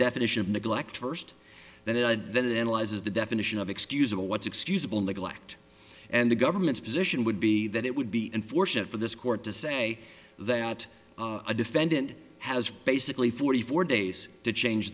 definition of neglect first that it then analyzes the definition of excusable what's excusable neglect and the government's position would be that it would be unfortunate for this court to say that a defendant has basically forty four days to change